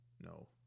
No